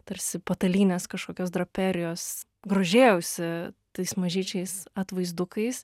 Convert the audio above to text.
tarsi patalynės kažkokios draperijos grožėjausi tais mažyčiais atvaizdukais